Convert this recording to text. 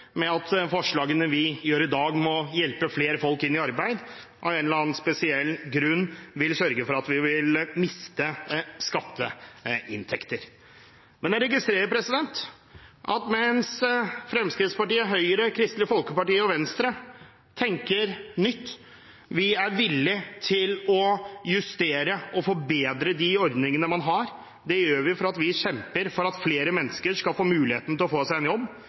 f.eks. at forslagene vi fremmer i dag – som vil hjelpe til med å få flere folk i arbeid – av en eller annen spesiell grunn vil føre til at vi vil miste skatteinntekter. Jeg registrerer at Fremskrittspartiet, Høyre, Kristelig Folkeparti og Venstre tenker nytt og er villige til å justere og forbedre de ordningene man har. Det gjør vi fordi vi kjemper for at flere mennesker skal få muligheten til å få seg en jobb.